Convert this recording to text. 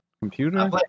computer